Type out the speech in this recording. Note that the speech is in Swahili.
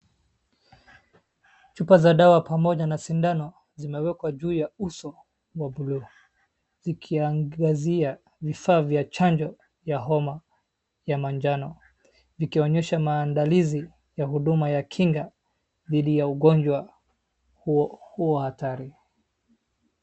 Chupa za dawa pamoja na sindano zimewekwa juu ya uso wa blue , zikiangazia vifaa vya chanjo ya homa ya manjano. Vikionyeza maandalizi ya kinga dhidi ya ugonjwa huo hatari.